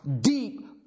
deep